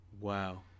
Wow